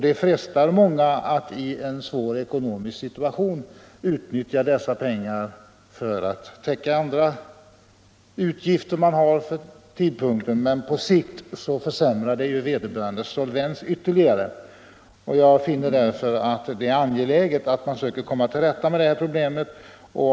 Det frestar många som befinner sig i en svår ekonomisk situation att utnyttja dessa pengar för att täcka andra utgifter. Men på sikt försämrar det vederbörandes solvens ytterligare. Jag finner därför att det är angeläget att man försöker komma till rätta med det här problemet.